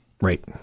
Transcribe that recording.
Right